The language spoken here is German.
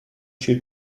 viel